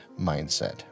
mindset